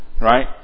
right